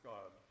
God